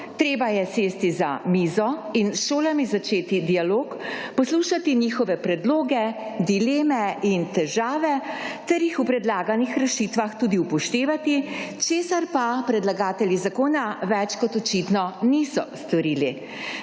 treba je sesti za mizo in s šolami začeti dialog, poslušati njihove predloge, dileme in težave ter jih v predlaganih rešitvah tudi upoštevati, česar pa predlagatelji zakona več kot očitno niso storili.